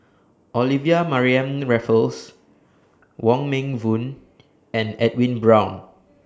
Olivia Mariamne Raffles Wong Meng Voon and Edwin Brown